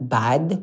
bad